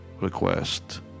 request